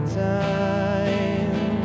time